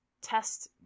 test